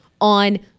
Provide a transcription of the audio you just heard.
on